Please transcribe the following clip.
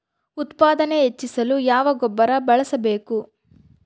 ಉತ್ಪಾದನೆ ಹೆಚ್ಚಿಸಲು ಯಾವ ಗೊಬ್ಬರ ಬಳಸಬೇಕು?